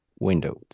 windows